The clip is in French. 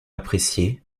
apprécié